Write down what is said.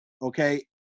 Okay